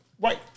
right